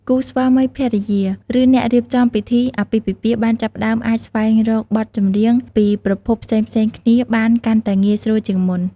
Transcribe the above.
គូស្វាមីភរិយា ឬអ្នករៀបចំពិធីអាពាហ៍ពិពាហ៍បានចាប់ផ្ដើមអាចស្វែងរកបទចម្រៀងពីប្រភពផ្សេងៗគ្នាបានកាន់តែងាយស្រួលជាងមុន។